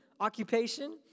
Occupation